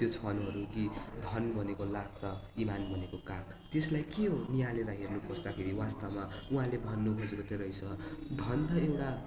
त्यो क्षणहरू कि धन भनेको लाख र इमान भनेको काख त्यसलाई के हो नियालेर हेर्नु खोज्दाखेरि वास्तवमा उहाँले भन्नु खोजेको चाहिँ रहेछ धन त एउटा